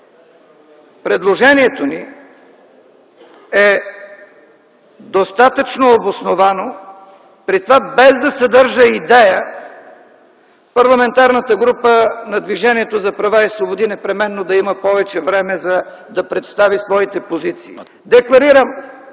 предложението ни е достатъчно обосновано, при това без да съдържа идея Парламентарната група на Движението за права и свободи непременно да има повече време, за да представи своите позиции. Декларирам,